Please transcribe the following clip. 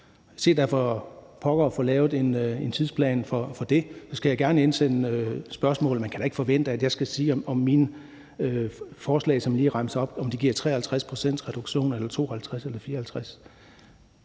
Se da for pokker at få lavet en tidsplan for det, og så skal jeg gerne indsende spørgsmålene. Men man kan da ikke forvente, at jeg skal sige, om mine forslag, som jeg lige remser op, giver en reduktion på 53 pct., 52